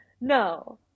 no